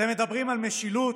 אתם מדברים על משילות,